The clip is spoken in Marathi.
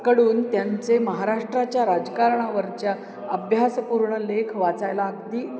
कडून त्यांचे महाराष्ट्राच्या राजकारणावरच्या अभ्यासपूर्ण लेख वाचायला अगदी